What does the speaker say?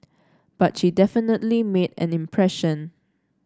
but she definitely made an impression